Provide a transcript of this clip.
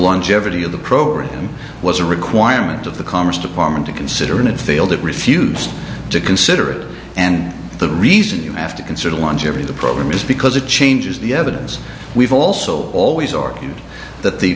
longevity of the program was a requirement of the commerce department to consider and it failed it refused to consider it and the reason you have to consider longevity the program is because it changes the evidence we've also always argued that the